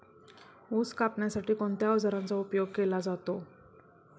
ऊस कापण्यासाठी कोणत्या अवजारांचा उपयोग केला जातो?